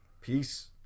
Peace